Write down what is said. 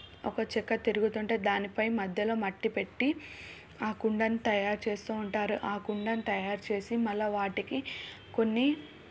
ఒక చక్క తిరుగుతుంటే దానిపై మధ్యలో మట్టి పెట్టి ఆ కుండను తయారు చేస్తూ ఉంటారు ఆ కుండను తయారు చేసి మళ్ళీ వాటికి కొన్ని